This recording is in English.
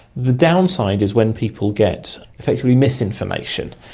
the downside is when people get effectively misinformation,